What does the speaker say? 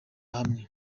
hamwe